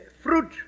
fruit